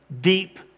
deep